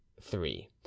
three